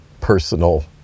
personal